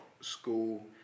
school